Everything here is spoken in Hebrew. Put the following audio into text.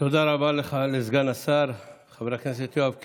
תודה רבה לך, סגן השר חבר הכנסת יואב קיש.